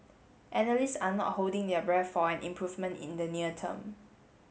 analysts are not holding their breath for an improvement in the near term